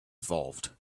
evolved